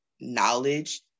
knowledge